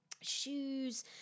shoes